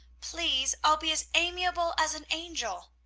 please! i'll be as amiable as an angel.